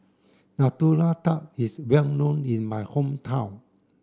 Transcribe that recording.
Nutella Tart is well known in my hometown